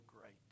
great